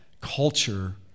culture